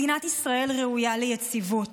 מדינת ישראל ראויה ליציבות.